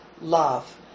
love